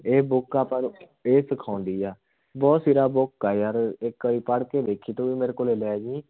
ਇਹ ਬੁੱਕ ਆਪਾਂ ਨੂੰ ਇਹ ਸਿਖਾਉਂਦੀ ਆ ਬਹੁਤ ਸਿਰਾ ਬੁੱਕ ਆ ਯਾਰ ਇੱਕ ਵਾਰ ਪੜ੍ਹ ਕੇ ਵੇਖੀ ਤੂੰ ਵੀ ਮੇਰੇ ਕੋਲੋਂ ਲੈ ਜਾਈਂ